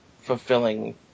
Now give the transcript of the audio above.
fulfilling